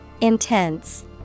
Intense